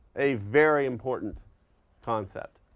a very important concept.